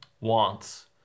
wants